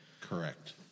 Correct